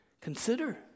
Consider